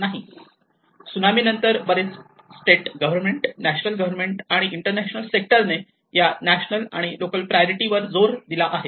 त्सुनामीनंतर बरेच state government national government आणि international sector ने या नॅशनल आणि लोकल प्रायोरिटी वर जोर दिला आहे